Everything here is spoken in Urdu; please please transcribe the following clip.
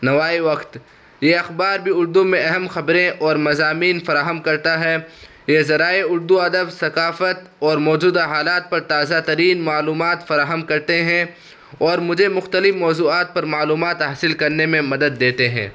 نوائے وقت یہ اخبار بھی اردو میں اہم خبریں اور مضامین فراہم کرتا ہے یہ ذرائع اردو ادب ثقافت اور موجود حالات پر تازہ ترین معلومات فراہم کرتے ہیں اور مجھے مختلف موضوعات پر معلومات حاصل کرنے میں مدد دیتے ہیں